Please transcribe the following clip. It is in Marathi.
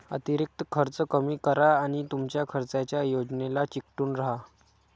अतिरिक्त खर्च कमी करा आणि तुमच्या खर्चाच्या योजनेला चिकटून राहा